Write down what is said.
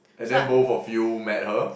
and then both of you met her